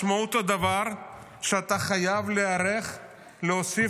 משמעות הדבר היא שאתה חייב להיערך ולהוסיף